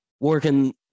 working